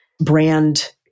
brand